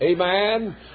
Amen